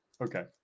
Okay